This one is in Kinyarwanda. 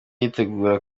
yitegura